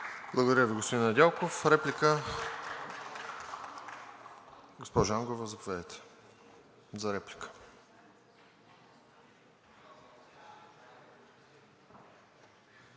Благодаря Ви, господин Недялков. Реплика? Госпожо Ангова, заповядайте за реплика.